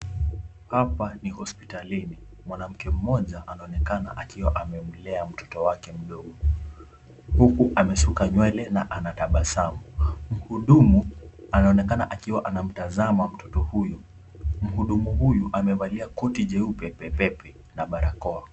Hapa ni hospitalini mwanamke mmoja anaonekana akimlea mtoto wake mdogo, huku amesuka nywele na tabasamu, mhudumu anaonekana anamtazama mtoto huyu, mhudumu huyu amevalia koti jeupe pepepe na barakoa.